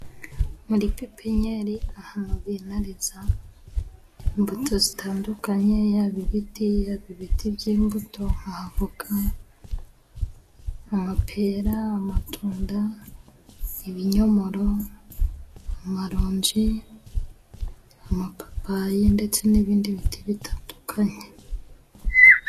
Muri pipinyeri ahantu binariza imbuto zitandukanye, yaba ibiti yaba ibiti by'imbuto, nk'avoka amapera, amatunda, ibinyomoro, amaronji, amapapayi ndetse n'ibindi biti bitandukanye.